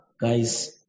guys